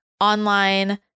online